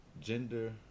gender